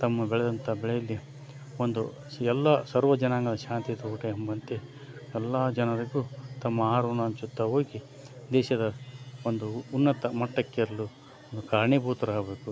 ತಮ್ಮ ಬೆಳೆದಂಥ ಬೆಳೆಯಲ್ಲಿ ಒಂದು ಎಲ್ಲ ಸರ್ವಜನಾಂಗದ ಶಾಂತಿಯ ತೋಟ ಎಂಬಂತೆ ಎಲ್ಲ ಜನರಿಗೂ ತಮ್ಮ ಆಹಾರವನ್ನು ಹಂಚುತ್ತಾ ಹೋಗಿ ದೇಶದ ಒಂದು ಉನ್ನತ ಮಟ್ಟಕ್ಕೇರಲು ಒಂದು ಕಾರಣೀಭೂತರಾಗಬೇಕು